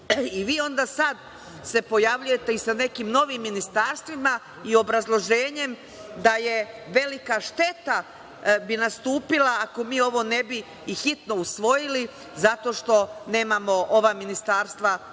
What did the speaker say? Vi se onda sad pojavljujete i sa nekim novim ministarstvima i obrazloženjem, da bi velika šteta nastupila ako mi ovo ne bi hitno usvojili zato što nemamo ova ministarstva o